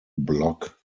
block